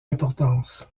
importance